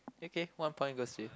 okay one point goes to you